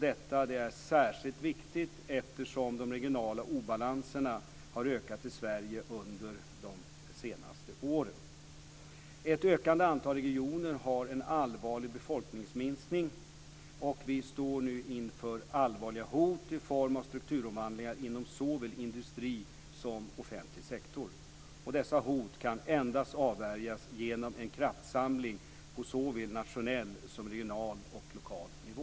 Detta är särskilt viktigt eftersom de regionala obalanserna har ökat i Sverige under de senaste åren. Ett ökande antal regioner har en allvarlig befolkningsminskning, och vi står nu inför allvarliga hot i form av strukturomvandlingar inom såväl industri som offentlig sektor. Dessa hot kan endast avvärjas genom en kraftsamling på såväl nationell som regional och lokal nivå.